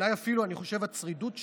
אולי אפילו, אני חושב שהצרידות שלי,